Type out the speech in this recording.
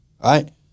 right